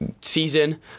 season